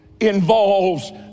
involves